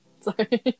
sorry